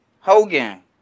Hogan